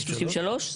133?